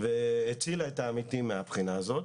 והצילה את העמיתים מן הבחינה הזאת.